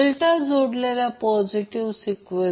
तर इथे काय लिहिले आहे I p हे फेज करंटचे rms मूल्य आहे